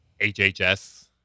HHS